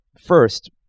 first